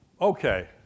Okay